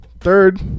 third